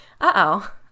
Uh-oh